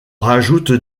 rajoute